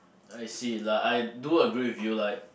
I see like I do agree with you like